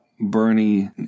Bernie